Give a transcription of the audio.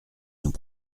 nous